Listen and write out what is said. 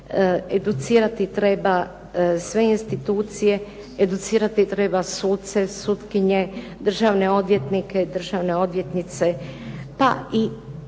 Educirati treba sve institucije, educirati treba suce, sutkinje, državne odvjetnike, državne odvjetnice pa i